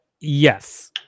yes